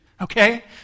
okay